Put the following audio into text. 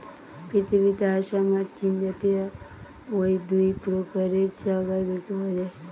পৃথিবীতে আসাম আর চীনজাতীয় অউ দুই প্রকারের চা গাছ দেখতে পাওয়া যায়